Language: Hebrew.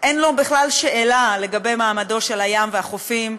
אין לו בכלל שאלה לגבי מעמדו בים ובחופים,